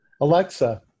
Alexa